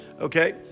Okay